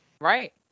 Right